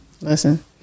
Listen